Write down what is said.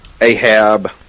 Ahab